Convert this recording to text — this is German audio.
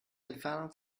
entfernung